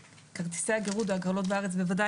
כרטיסי הגירוד או ההגרלות בארץ בוודאי